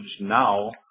now